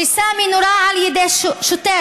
שסאמי נורה על ידי שוטר,